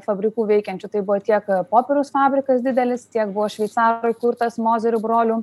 fabrikų veikiančių tai buvo tiek popieriaus fabrikas didelis tiek buvo šveicarų įkurtas mozerių brolių